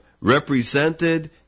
represented